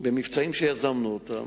במבצעים שיזמנו אותם.